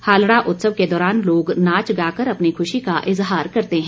हालड़ा उत्सव के दौरान लोग नाच गाकर अपनी खुशी का इजहार करते हैं